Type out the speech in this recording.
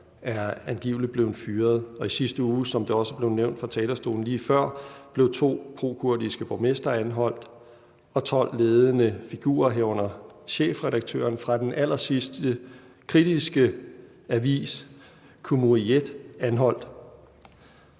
er angiveligt blevet fyret. Og i sidste uge, som det også blev nævnt på talerstolen lige før, blev to prokurdiske borgmestre og 12 ledende figurer, herunder chefredaktøren fra den allersidste kritiske avis, Cumhuriyet, anholdt.